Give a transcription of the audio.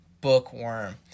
bookworm